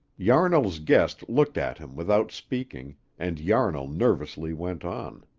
yarnall's guest looked at him without speaking, and yarnall nervously went on,